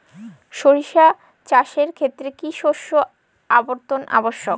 সরিষা চাষের ক্ষেত্রে কি শস্য আবর্তন আবশ্যক?